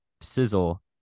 sizzle